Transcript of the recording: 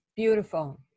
Beautiful